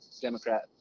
Democrat